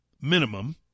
minimum